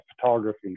photography